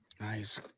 Nice